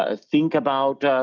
ah think about